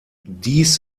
dies